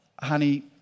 honey